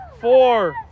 Four